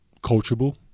coachable